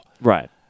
Right